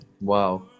wow